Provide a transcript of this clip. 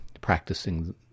practicing